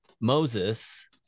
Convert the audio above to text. Moses